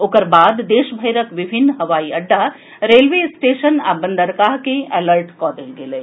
ओकर बाद देश भरिक विभिन्न हवाई अड्डा रेलवे स्टेशन आ बंदरगाह के अलर्ट कऽ देल गेल अछि